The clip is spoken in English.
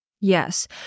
Yes